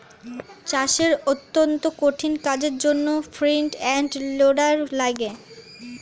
চাষের অত্যন্ত কঠিন কাজের জন্যে ফ্রন্ট এন্ড লোডার লাগে